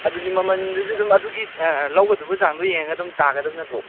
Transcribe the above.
ꯑꯗꯨꯗꯤ ꯃꯃꯜꯗꯨꯁꯨ ꯑꯗꯨꯝ ꯑꯗꯨꯒꯤ ꯂꯧꯒꯗꯕ ꯆꯥꯡꯗꯣ ꯌꯦꯡꯉꯒ ꯑꯗꯨꯝ ꯇꯥꯒꯗꯕ ꯅꯠꯇ꯭ꯔꯣ